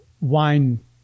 wine